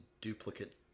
duplicate